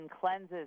cleanses